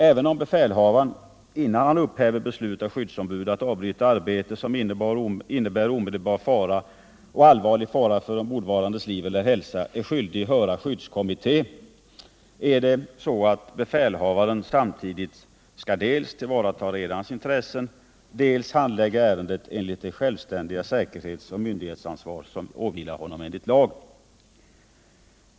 Även om befälhavaren, innan han upphäver beslut av skyddsombud att avbryta arbete som innebär omedelbar och allvarlig fara för ombordvarandes liv eller hälsa, är skyldig att höra skyddskommitté, är det så att befälhavaren samtidigt skall dels tillvarata redarens intressen, dels handlägga ärendet enligt det självständiga säkerhets och myndighetsansvar som åvilar honom enligt lag.